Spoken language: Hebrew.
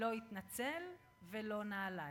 לא התנצל ולא נעליים.